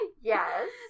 Yes